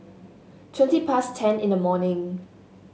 twenty past ten in the morning